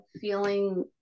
Feeling